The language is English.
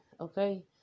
okay